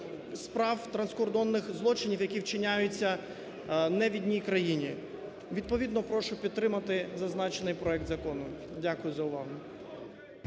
справ, транскордонних злочинів, які вчиняються не в одній країні. Відповідно прошу підтримати зазначений проект Закону. Дякую за увагу.